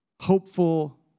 hopeful